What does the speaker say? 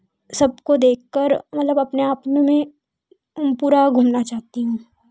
सबको देखकर मतलब अपने आप में पूरा घूमना चाहती हूँ